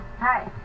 hi